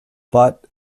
but